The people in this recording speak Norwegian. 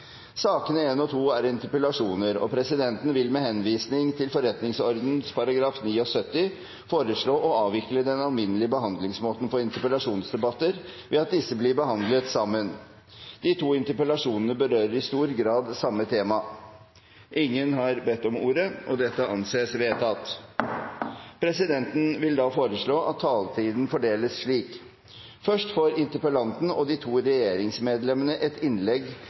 Sakene nr. 1 og 2 er interpellasjoner, og presidenten vil med henvisning til forretningsordenens § 79 foreslå å avvike den alminnelige behandlingsmåten for interpellasjonsdebatter ved at disse blir behandlet sammen. De to interpellasjonene berører i stor grad samme tema. – Ingen har bedt om ordet til dette, og det anses vedtatt. Presidenten vil da foreslå at taletiden fordeles slik: Først får interpellanten og de to regjeringsmedlemmene ett innlegg